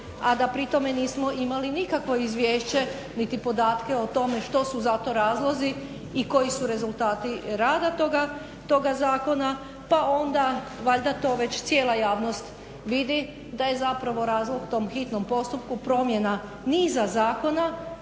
a da pri tome nismo imali nikakvo izvješće niti podatke o tome što su za to razlozi i koji su rezultati rada toga zakona. Pa onda valjda to već cijela javnost vidi, da je zapravo razlog tom hitnom postupku promjena niza zakona